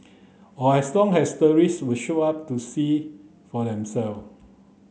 or as long as the show up to see for themself